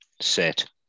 Set